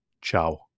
ciao